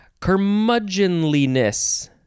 Curmudgeonliness